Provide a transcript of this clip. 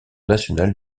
national